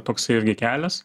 toksai irgi kelias